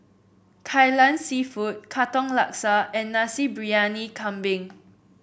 Kai Lan seafood Katong Laksa and Nasi Briyani Kambing